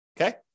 okay